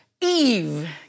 Eve